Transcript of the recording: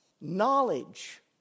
knowledge